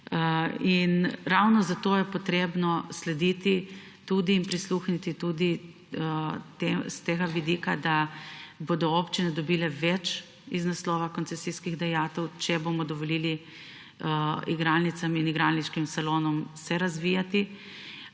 Ravno zato je potrebno slediti in prisluhniti tudi s tega vidika, da bodo občine dobile več iz naslova koncesijskih dajatev, če bomo dovolili igralnicam in igralniškim salonom razvijati